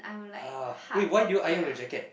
ah wait why do you iron your jacket